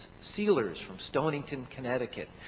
sealers from stonington, connecticut,